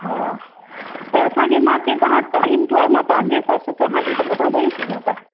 हा त असांखे मांखे तव्हां टाइम थोरो मां पंहिंजे हिसाब सां चाहियां थी त तव्हां ॾेई सघो था